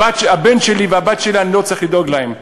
הבן שלי והבת שלי, אני לא צריך לדאוג להם.